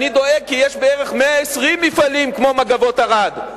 אני דואג כי יש בערך 120 מפעלים כמו "מגבות ערד"